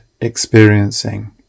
experiencing